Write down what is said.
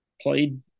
played